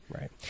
Right